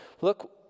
Look